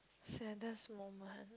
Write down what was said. saddest moment